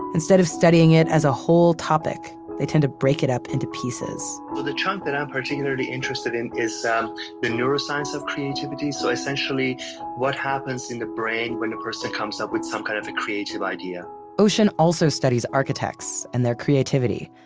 instead of studying it as a whole topic, they tend to break it up into pieces well, the chunk that i'm particularly interested in is the neuroscience of creativity, so essentially what happens in the brain when a person comes up with some kind of a creative idea oshin also studies architects and their creativity,